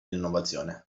l’innovazione